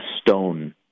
stone